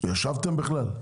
ישבתם בכלל?